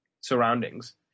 surroundings